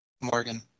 Morgan